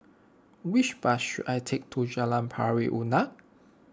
which bus should I take to Jalan Pari Unak